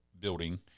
building